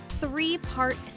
three-part